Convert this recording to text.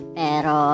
pero